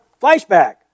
flashback